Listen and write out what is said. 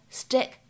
stick